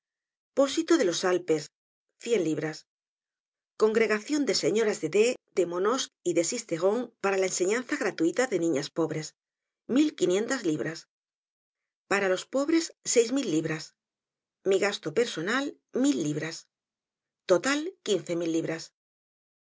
pósito de los altos alpes cien libras congregacion de señoras de d de monosque y de sisteron para la enseñanza gratuita de niñas pobres mil y quinientas libras para los pobres seis mil libras mi gasto personal mil libras totai quince mil libras